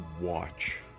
watch